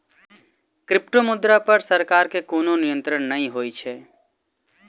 क्रिप्टोमुद्रा पर सरकार के कोनो नियंत्रण नै होइत छै